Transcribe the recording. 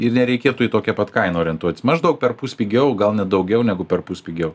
ir nereikėtų į tokią pat kainą orientuotis maždaug perpus pigiau gal net daugiau negu perpus pigiau